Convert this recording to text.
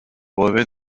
brevets